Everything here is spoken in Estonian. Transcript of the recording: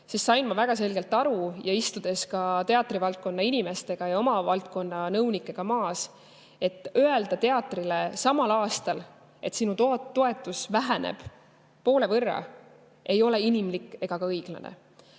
sain ma väga selgelt aru, istudes ka teatrivaldkonna inimeste ja oma valdkonna nõunikega maha, et öelda teatrile samal aastal, et sinu toetus väheneb poole võrra, ei ole inimlik ega ka õiglane.